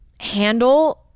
handle